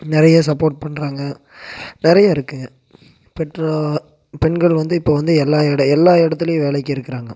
நிறைய சப்போட் பண்ணுறாங்க நிறைய இருக்குதுங்க பெற்றோ பெண்கள் வந்து இப்போ வந்து எல்லா எட எல்லா இடத்துலயும் வேலைக்கு இருக்கிறாங்க